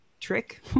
trick